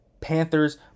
Panthers